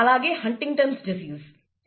అలాగే Huntington's disease Huntington's disease